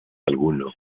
alguno